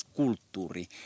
kulttuuri